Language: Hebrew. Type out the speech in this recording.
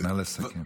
נא לסכם.